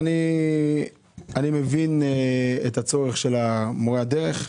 אני מבין את הצורך של מורי הדרך.